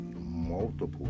multiple